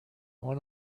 want